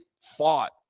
fought